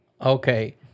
Okay